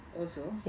also